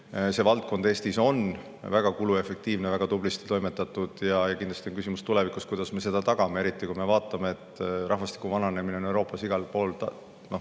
See valdkond Eestis on väga kuluefektiivne, seal on väga tublisti toimetatud, ja kindlasti on küsimus tulevikus, kuidas me seda tagame, eriti kui me vaatame, et rahvastiku vananemine on Euroopas igal pool